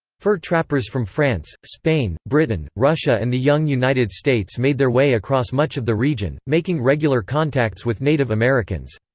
fur trappers from france, spain, britain, russia and the young united states made their way across much of the region, making regular contacts with native americans.